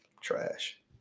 Trash